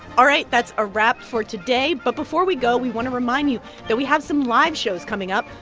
all right. that's a wrap for today. but before we go, we want to remind you that we have some live shows coming up.